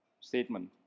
statement